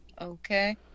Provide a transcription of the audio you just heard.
Okay